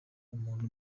umuntu